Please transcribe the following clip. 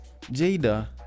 Jada